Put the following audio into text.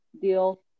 deal